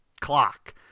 clock